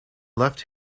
left